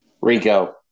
Rico